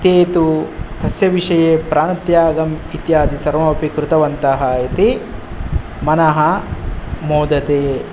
ते तु तस्य विषये प्राणत्यागम् इत्यादि सर्वमपि कृतवन्तः इति मनः मोदते